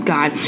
God